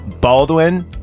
Baldwin